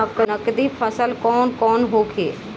नकदी फसल कौन कौनहोखे?